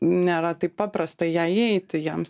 nėra taip paprasta į ją įeiti jiems